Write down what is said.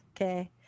Okay